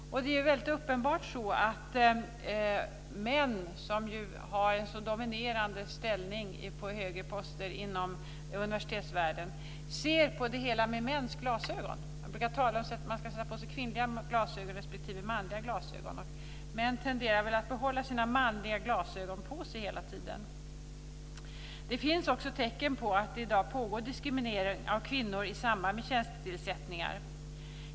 Det är uppenbart så att män, som ju har en så dominerande ställning på högre poster inom universitetsvärlden, ser på detta med mäns glasögon. Man brukar tala om att man kan sätta på sig kvinnliga glasögon och manliga glasögon, men män tenderar väl att behålla sina manliga glasögon på sig hela tiden. Det finns också tecken på att det i dag pågår diskriminering i samband med tjänstetillsättningar.